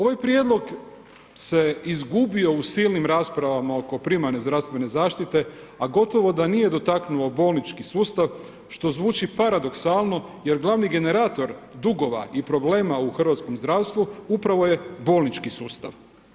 Ovaj prijedlog se izgubio u silnim raspravama oko primarne zdravstvene zaštite, a gotovo da nije dotaknuo bolnički sustav, što zvuči paradoksalno jer glavni generator dugova i problema u hrvatskom zdravstvu upravo je bolnički sustav.